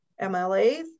MLAs